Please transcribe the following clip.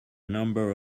number